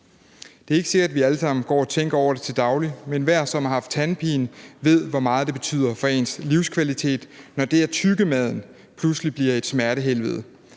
Det er ikke sikkert, at vi alle sammen går og tænker over det til daglig, men enhver, der har haft tandpine, ved, hvor meget det betyder for ens livskvalitet, når det at tygge maden pludselig bliver et smertehelvede,